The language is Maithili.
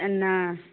एन्ने